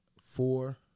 four